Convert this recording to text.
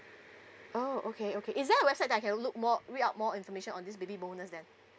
oh okay okay is there a website that I can look more read out more information on this baby bonus then